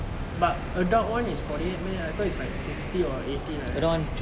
but adult one is forty eight meh I thought it's like sixty or eighty like that